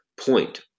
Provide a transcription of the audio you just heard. point